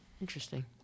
Interesting